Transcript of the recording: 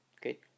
okay